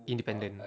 independent